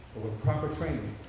proper training,